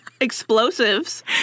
explosives